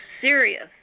serious